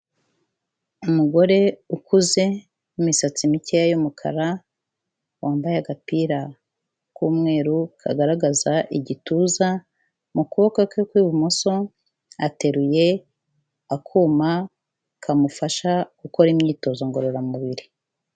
Umugore ukuze, w'imisatsi mikeya y'umukara, wambaye agapira k'umweru kagaragaza igituza, mu kuboko kwe kw'ibumoso ateruye akuma kamufasha gukora imyitozo ngororamubiri.